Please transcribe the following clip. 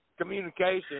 Communication